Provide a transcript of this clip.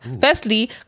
Firstly